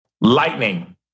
Lightning